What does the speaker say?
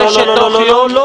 מעולה שתוך יום --- לא,